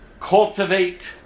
Cultivate